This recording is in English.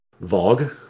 Vogue